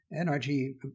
energy